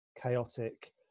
chaotic